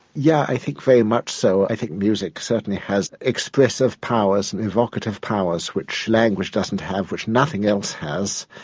yeah i think very much so, i think music certainly has expressive powers and evocative powers which language doesn't have, which nothing else has.